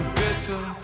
bitter